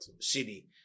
city